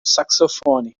saxofone